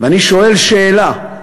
ואני שואל שאלה,